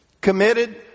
Committed